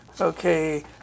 Okay